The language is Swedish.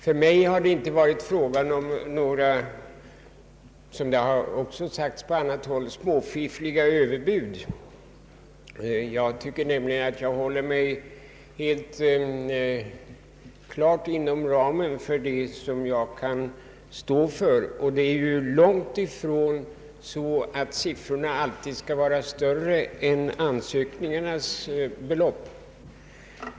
För mig har det inte — en beskyllning som här riktats mot annat håll — varit fråga om något småfiffligt överbud. Jag håller mig helt inom ramen för vad jag kan stå för. Det är ju långt ifrån så att anslagen är och alltid bör vara större än ansökningarnas belopp.